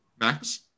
Max